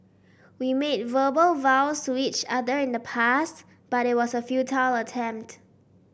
we made verbal vows to each other in the past but it was a futile attempt